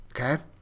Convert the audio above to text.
Okay